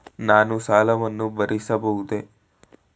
ನಾನು ಸಾಲವನ್ನು ಭರಿಸಬಹುದೇ?